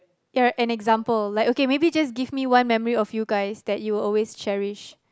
yeah an example like okay maybe just give me one memory of you guys that you always cherish